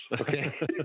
Okay